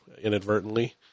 inadvertently